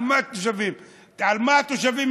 על מה התושבים התלוננו?